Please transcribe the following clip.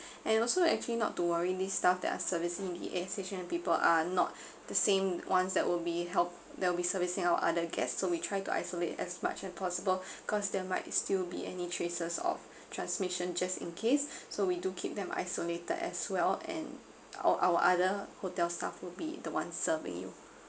and also actually not to worry these staffs that are servicing the S_H_N people are not the same ones that will be help that will be servicing our other guests so we try to isolate as much as possible because there might still be any traces of transmission just in case so we do keep them isolated as well and all our other hotel staffs will be the one serving you